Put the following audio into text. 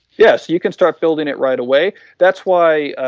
yes. you can start building it right away. that's why